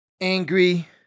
angry